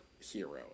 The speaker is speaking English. hero